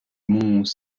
monts